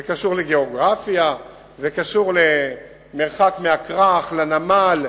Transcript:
זה קשור לגיאוגרפיה, זה קשור למרחק מהכרך, לנמל,